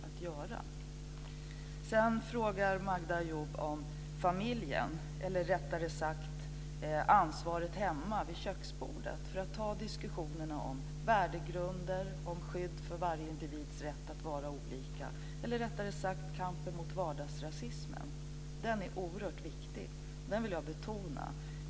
Magda Ayoub frågar om familjen och ansvaret hemma vid köksbordet för att ta diskussionen om värdegrunder och skydd för varje individs rätt att vara olika, eller rättare sagt kampen mot vardagsrasismen. Den är oerhört viktig, och den vill jag betona.